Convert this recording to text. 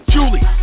Julie